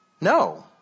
No